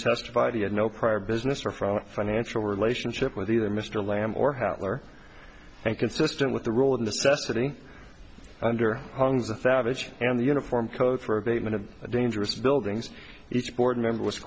testified he had no prior business or from financial relationship with either mr lamb or happier and consistent with the rule of necessity under hung the savage and the uniform code for abatement of a dangerous buildings each board member was